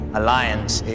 alliance